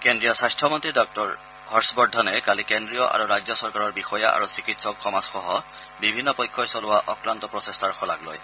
কেন্দ্ৰীয় স্বাস্থ্য মন্ত্ৰী ডাঃ হৰ্ষবৰ্ধনে কালি কেন্দ্ৰীয় আৰু ৰাজ্য চৰকাৰৰ বিষয়া আৰু চিকিৎসক সমাজসহ বিভিন্ন পক্ষই চলোৱা অক্লান্ত প্ৰচেষ্টাৰ শলাগ লয়